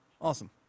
Awesome